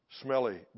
Smelly